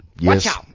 Yes